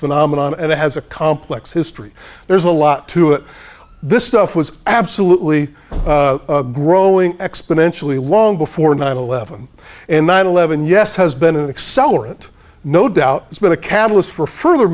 phenomenon and it has a complex history there's a lot to it this stuff was absolutely growing exponentially long before nine eleven and nine eleven yes has been an accelerant no doubt has been a catalyst for further